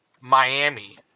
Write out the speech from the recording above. Miami